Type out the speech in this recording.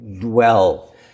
dwell